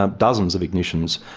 um dozens of ignitions,